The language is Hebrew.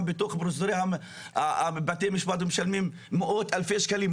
בתוך פרוזדורי בתי המשפט ומשלמים מאות אלפי שקלים,